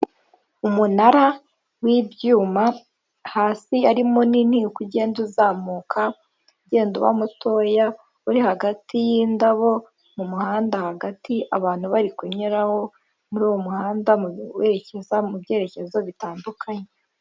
Umunara w'ibyuma hasi ari munini uko ugenda uzamuka ugenda uba mutoya, uri hagati y'indabo mu muhanda hagati abantu bari kunyuraho muri uwo muhanda werekeza mu byerekezo bitandukanye.